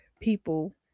people